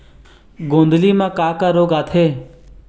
गोंदली म का का रोग आथे?